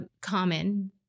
common